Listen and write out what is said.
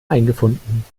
eingefunden